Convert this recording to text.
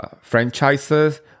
franchises